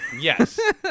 Yes